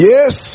Yes